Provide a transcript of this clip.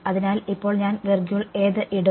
അതിനാൽ ഇപ്പോൾ ഞാൻ ഏത് ഇടും